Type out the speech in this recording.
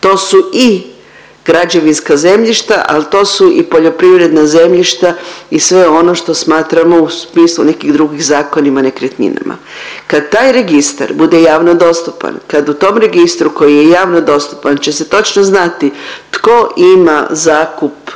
to su i građevinska zemljišta, al to su i poljoprivredna zemljišta i sve ono što smatramo u smislu nekih drugih zakonima nekretninama. Kad taj registar bude javno dostupan, kad u tom registru koji je javno dostupan će se točno znati tko ima zakup